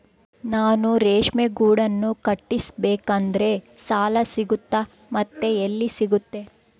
ನಾನು ರೇಷ್ಮೆ ಗೂಡನ್ನು ಕಟ್ಟಿಸ್ಬೇಕಂದ್ರೆ ಸಾಲ ಸಿಗುತ್ತಾ ಮತ್ತೆ ಎಲ್ಲಿ ಸಿಗುತ್ತೆ?